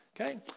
Okay